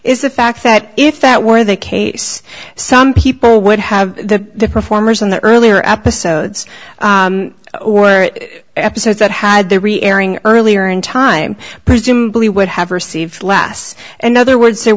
is the fact that if that were the case some people would have the performers in the earlier episodes or episodes that they re airing earlier in time presumably would have received less and other words the